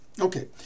okay